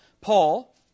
Paul